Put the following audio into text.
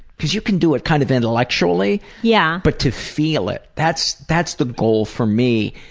cuz you can do it kind of intellectually yeah but to feel it. that's that's the goal for me